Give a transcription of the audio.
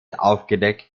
aufgedeckt